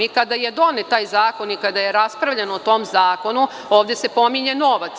I kada je donet taj zakon i kada je raspravljano o tom zakonu, ovde se pominje novac.